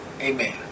Amen